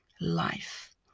life